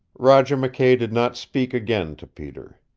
roger mckay did not speak again to peter.